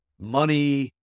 money